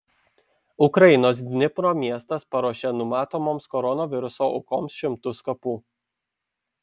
ukrainos dnipro miestas paruošė numatomoms koronaviruso aukoms šimtus kapų